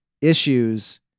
issues